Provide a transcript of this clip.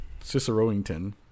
Ciceroington